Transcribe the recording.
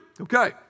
Okay